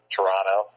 Toronto